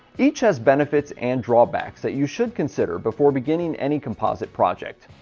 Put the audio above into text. each has benefits and drawbacks that you should consider before beginning any composite project.